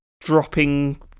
dropping